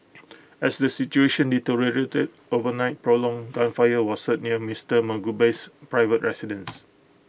as the situation deteriorated overnight prolonged gunfire was heard near Mister Mugabe's private residence